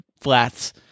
flats